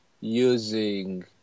using